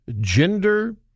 gender